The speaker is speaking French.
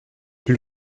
plus